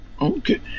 okay